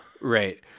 Right